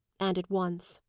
and at once.